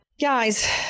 Guys